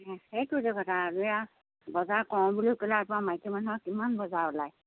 সেইটোহে কথা এতিয়া বজাৰ কৰোঁ বুলি ক'লে আকৌ মাইকী মানুহৰ কিমান বজাৰ ওলাই